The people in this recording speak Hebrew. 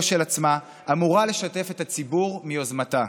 של עצמה אמורה לשתף את הציבור ביוזמתה.